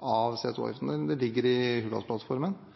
av CO 2 -avgiften, det ligger i